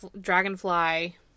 dragonfly